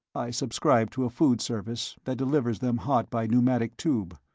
i subscribe to a food service that delivers them hot by pneumatic tube.